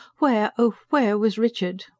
where, oh where was richard?